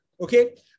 okay